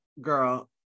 girl